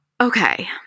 Okay